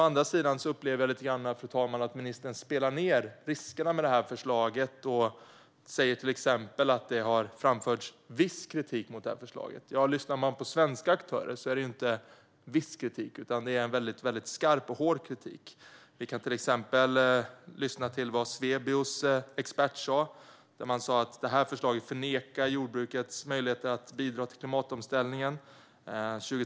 Å andra sidan upplever jag, fru talman, att ministern spelar ned riskerna med förslaget och till exempel säger att det har framförts viss kritik mot förslaget. Lyssnar man på svenska aktörer är det inte viss kritik, utan det är en skarp och hård kritik. Vi kan till exempel lyssna till vad Svebios expert sa, nämligen att förslaget förnekar jordbrukets möjligheter att bidra till klimatomställningen.